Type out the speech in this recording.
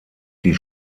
die